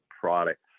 products